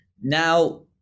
now